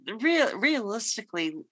realistically